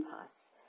pass